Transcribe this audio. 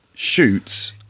shoots